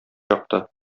чакта